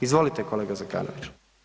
Izvolite kolega Zekanović.